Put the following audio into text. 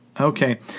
Okay